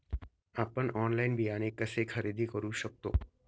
आपण ऑनलाइन बियाणे कसे खरेदी करू शकतो?